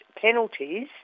penalties